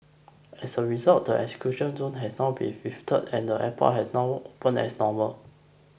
as a result the exclusion zone has now been lifted and airport had know open as normal